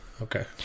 okay